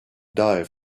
dive